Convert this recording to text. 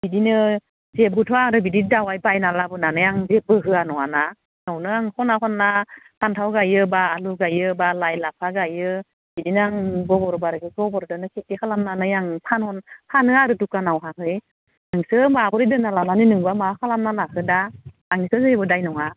इदिनो जेबोथ' आरो इदि दावाय बायना लाबोनानै आं जेबो होया नङाना न'आवनो आं खना खना फान्थाव गायो बा आलु गायो बा लाइ लाफा गायो बिदिनो आं बहुद गबरदोनो खिथि खालामनानै आं फानो आरो दुकानावहाहै नोंसो माब्रै दोनना लानानै नोंबा मा खालामना लाखो नों दा आंनिथ' जेबो दाय नङा